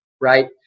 right